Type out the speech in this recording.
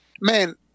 man